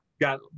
got